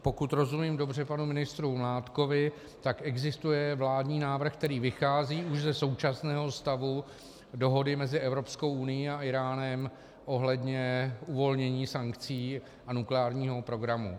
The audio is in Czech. Pokud rozumím dobře panu ministru Mládkovi, tak existuje vládní návrh, který vychází už ze současného stavu dohody mezi Evropskou unií a Íránem ohledně uvolnění sankcí a nukleárního programu.